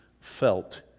felt